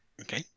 Okay